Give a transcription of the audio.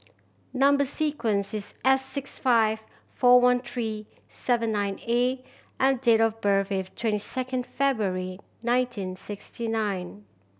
number sequence is S six five four one three seven nine A and date of birth is twenty second February nineteen sixty nine